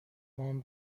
وام